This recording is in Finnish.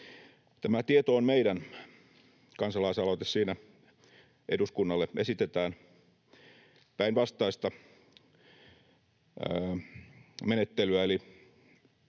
Tässä Tieto on meidän ‑kansalaisaloitteessa eduskunnalle esitetään päinvastaista menettelyä